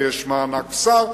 ויש מענק שר,